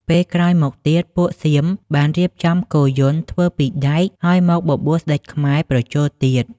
ពេលក្រោយមកទៀត ពួកសៀមបានរៀបចំគោយន្ដធ្វើពីដែកហើយមកបបួលស្ដេចខ្មែរប្រជល់ទៀត។